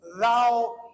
thou